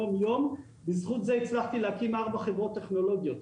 יום יומי ובזכות זה אני הצלחתי להקים ארבע חברות טכנולוגיות.